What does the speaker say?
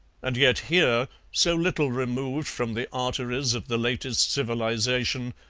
and yet here, so little removed from the arteries of the latest civilization,